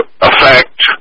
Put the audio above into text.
affect